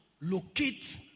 locate